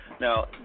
Now